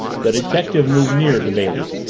the detective moved nearer to bailey.